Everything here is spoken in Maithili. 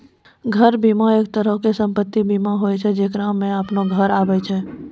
घर बीमा, एक तरहो के सम्पति बीमा होय छै जेकरा मे अपनो घर आबै छै